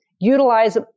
utilize